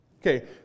Okay